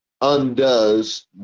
undoes